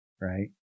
Right